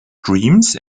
dreams